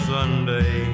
Sunday